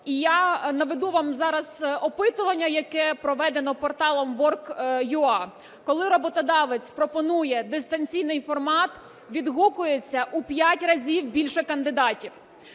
Я наведу вам зараз опитування, яке проведено порталом Work.ua. Коли роботодавець пропонує дистанційний формат, відгукується в 5 разів більше кандидатів.